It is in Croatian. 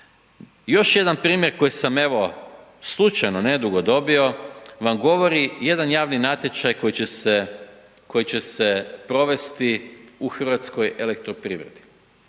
Još jedan primjer, koji sam evo, slučajno, nedugo dobio, vam govori, jedan javni natječaj koji će se provesti u Hrvatskoj elektroprivredi.